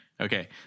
okay